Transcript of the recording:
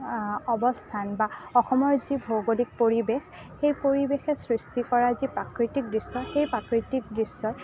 অৱস্থান বা অসমৰ যি ভৌগোলিক পৰিৱেশ সেই পৰিৱেশে সৃষ্টি কৰা যি প্ৰাকৃতিক দৃশ্য সেই প্ৰাকৃতিক দৃশ্যই